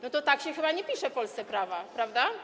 No to tak się chyba nie tworzy w Polsce prawa, prawda?